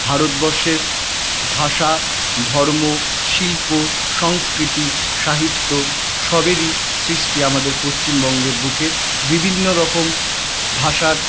ভারতবর্ষের ভাষা ধর্ম শিল্প সংস্কৃতি সাহিত্য সবেরই সৃষ্টি আমাদের পশ্চিমবঙ্গের বুকে বিভিন্ন রকম ভাষার